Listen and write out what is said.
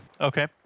Okay